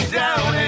down